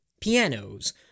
pianos